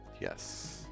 Yes